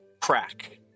crack